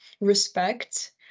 respect